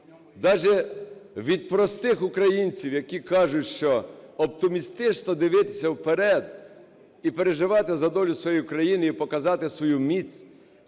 даже від простих українців, які кажуть, що оптимістично дивитися вперед і переживати за долю своєї країни, і показати свою міць,